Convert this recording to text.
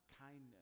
kindness